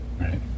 right